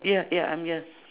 ya ya I'm yes